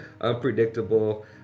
unpredictable